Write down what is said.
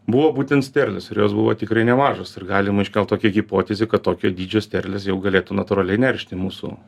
buvo būtent sterlės ir jos buvo tikrai nemažos ir galima iškelt tokią hipotezę kad tokio dydžio sterlės jau galėtų natūraliai neršti mūsų